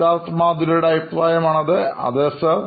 സിദ്ധാർത്ഥ് മാധുരിസിഇഒ നോയിൻ ഇലക്ട്രോണിക്സ് അതെ സാർ